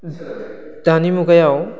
दानि मुगायाव